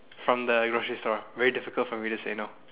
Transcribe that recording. from the grocery store very difficult for me to say no